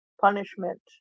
punishment